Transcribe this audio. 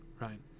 Right